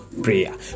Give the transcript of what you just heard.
prayer